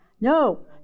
no